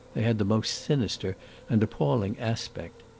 they had the most sinister and appalling aspect.